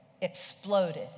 exploded